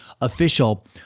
official